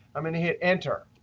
i'm going to hit enter.